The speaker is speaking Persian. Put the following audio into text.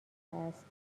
است